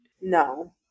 No